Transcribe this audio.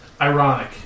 ironic